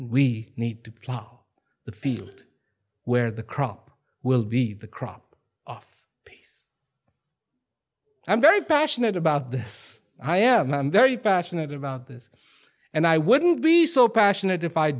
we need to plow the field where the crop will be the crop off i'm very passionate about this i am very passionate about this and i wouldn't be so passionate if i